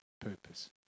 purpose